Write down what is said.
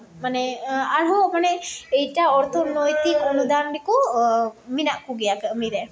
ᱢᱟᱱᱮ ᱟᱨᱦᱚᱸ ᱢᱟᱱᱮ ᱮᱴᱟᱜ ᱚᱨᱛᱷᱚᱱᱳᱭᱛᱤᱠ ᱚᱱᱩᱫᱟᱱ ᱨᱮᱠᱚ ᱢᱮᱱᱟᱜ ᱠᱚᱜᱮᱭᱟ ᱠᱟᱹᱢᱤᱨᱮ